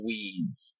Weeds